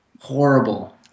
Horrible